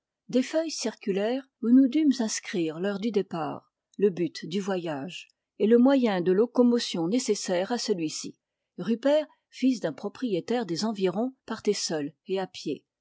des feuilles circulèrent où nous dûmes inscrire l'heure du départ le but du voyage et le moyen de locomotion nécessaire à celui ci rupert fils d'un propriétaire des environs partait seul et à pied